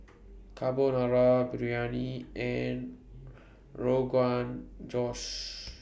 Carbonara Biryani and Rogan Josh